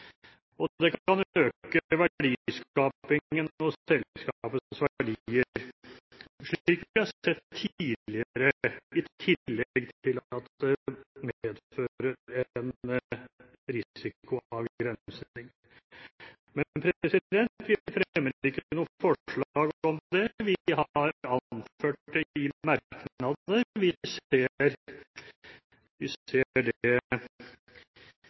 og det kan øke verdiskapingen og selskapets verdier, slik vi har sett tidligere, i tillegg til at det medfører en risikoavgrensning. Men vi fremmer ikke noe forslag om det. Vi har anført det i merknader. Vi ser det lenger fremme. Når det